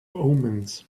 omens